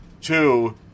Two